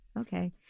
Okay